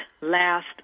last